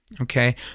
okay